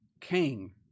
King